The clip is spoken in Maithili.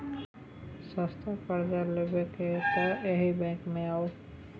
सस्ता करजा लेबाक यै तए एहि बैंक मे आउ